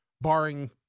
barring